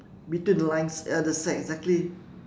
between the lines ya that's right exactly